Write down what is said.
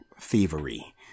thievery